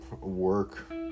work